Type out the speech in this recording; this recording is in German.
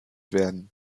werden